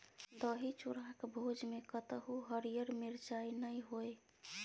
दही चूड़ाक भोजमे कतहु हरियर मिरचाइ नै होए